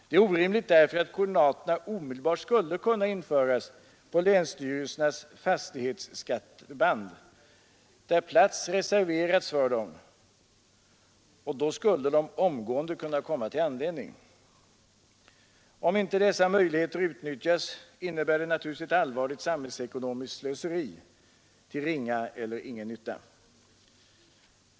Det är orimligt därför att koordinaterna omedelbart skulle kunna införas på länsstyrelsernas fastighetsband, där plats reserverats för dem. Då skulle de omgående kunna komma till användning. Om inte dessa möjligheter utnyttjas innebär det ett allvarligt samhällsekonomiskt slöseri till ringa eller ingen nytta.